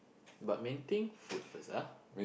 but main thing food first ah